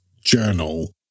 journal